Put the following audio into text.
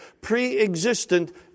pre-existent